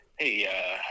Hey